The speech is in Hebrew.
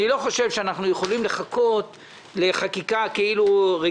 אני לא חושב שאנחנו יכולים לחכות לחקיקה רגילה.